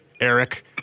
Eric